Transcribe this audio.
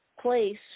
place